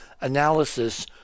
Analysis